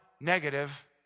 negative